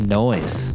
noise